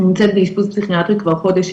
היא נמצאת באשפוז פסיכיאטרי כבר חודש,